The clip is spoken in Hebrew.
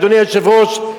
אדוני היושב-ראש,